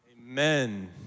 Amen